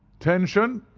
tention!